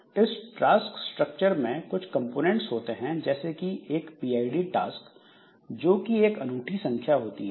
इस task structure में कुछ कंपोनेंट्स होते हैं जैसे कि एक पीआईडी टास्क जो कि एक अनूठी संख्या होती है